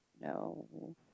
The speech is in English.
no